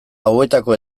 hauetako